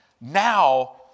now